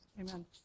amen